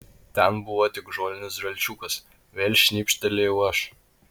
ten buvo tik žolinis žalčiukas vėl šnibžtelėjau aš